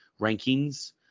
rankings